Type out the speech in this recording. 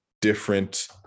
different